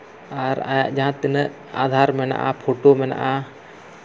ᱟᱨ ᱟᱭᱟᱜ ᱡᱟᱦᱟᱸ ᱛᱤᱱᱟᱹᱜ ᱟᱫᱷᱟᱨ ᱢᱮᱱᱟᱜᱼᱟ ᱯᱷᱳᱴᱳ ᱢᱮᱱᱟᱜᱼᱟ